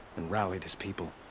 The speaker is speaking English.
and rallied his people.